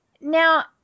Now